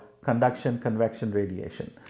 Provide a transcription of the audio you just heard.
conduction-convection-radiation